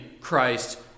Christ